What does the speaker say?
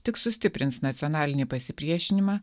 tik sustiprins nacionalinį pasipriešinimą